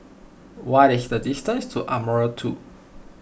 what is the distance to Ardmore two